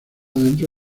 dentro